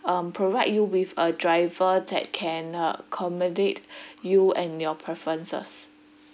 um provide you with a driver that can accommodate you and your preferences